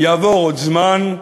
יעבור עוד זמן,